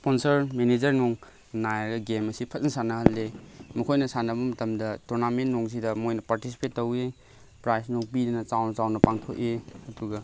sponsor ꯃꯦꯅꯦꯖꯔꯅꯨꯡ ꯅꯥꯏꯔ game ꯑꯁꯤ ꯐꯖꯅ ꯁꯥꯟꯅꯍꯜꯂꯤ ꯃꯈꯣꯏꯅ ꯁꯥꯟꯅꯕ ꯃꯇꯝꯗ ꯇꯣꯔꯅꯥꯃꯦꯟ ꯅꯨꯡꯁꯤꯗ ꯃꯣꯏꯅ ꯄꯥꯔꯇꯤꯁꯤꯄꯦꯠ ꯇꯧꯏ ꯄ꯭ꯔꯥꯏꯖ ꯅꯨꯡ ꯄꯤꯗꯅ ꯆꯥꯎꯅ ꯆꯥꯎꯅ ꯄꯥꯡꯊꯣꯛꯏ ꯑꯗꯨꯒ